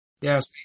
Yes